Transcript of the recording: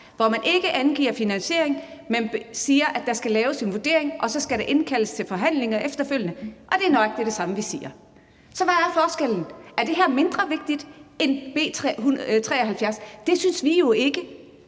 hvor man ikke angiver finansiering, men siger, at der skal laves en vurdering, og så skal der indkaldes til forhandlinger efterfølgende – og det er nøjagtig det samme, vi siger. Så hvad er forskellen? Er det her mindre vigtigt end B 73? Det synes vi jo ikke